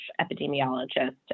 epidemiologist